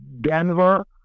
Denver